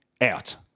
out